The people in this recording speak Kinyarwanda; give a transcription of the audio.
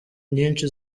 nyinshi